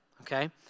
okay